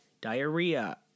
diarrhea